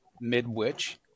mid-which